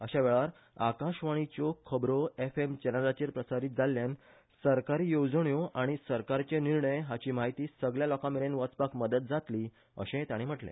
अश्यावेळार आकाशवाणीच्यो खबरो एफएम चॅनलाचेर प्रसारीत जाल्ल्यान सरकारी येवजण्यो आनी सरकारचे निर्णय हाची म्हायती सगल्या लोकामेरेन वचपाक मदत जातली अशेय ताणी म्हटले